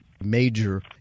major